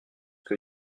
que